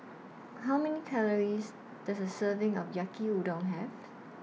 How Many Calories Does A Serving of Yaki Udon Have